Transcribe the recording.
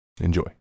Enjoy